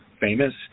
famous